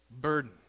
burden